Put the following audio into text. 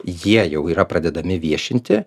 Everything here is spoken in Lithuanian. jie jau yra pradedami viešinti